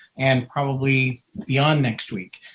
and probably beyond next week.